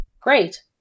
Great